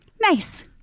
nice